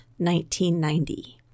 1990